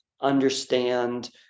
understand